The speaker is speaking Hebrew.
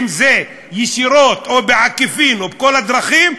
אם זה ישירות או בעקיפין או בכל הדרכים,